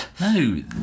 No